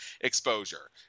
exposure